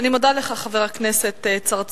אני מודה לך, חבר הכנסת צרצור.